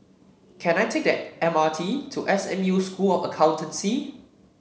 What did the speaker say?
can I take the M R T to S M U School of Accountancy